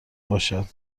باشد